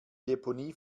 deponie